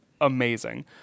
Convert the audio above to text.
amazing